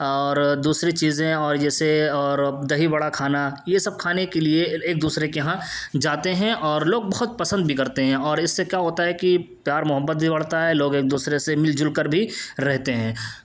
اور دوسری چیزیں اور جیسے اور دہی بڑا کھانا یہ سب کھانے کے لیے ایک دوسرے کے یہاں جاتے ہیں اور لوگ بہت پسند بھی کرتے ہیں اور اس سے کیا ہوتا ہے کہ پیار محبت بھی بڑھتا ہے لوگ ایک دوسرے سے مل جل کر بھی رہتے ہیں